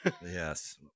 Yes